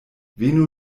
venu